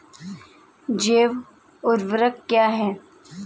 जैव ऊर्वक क्या है?